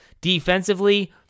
Defensively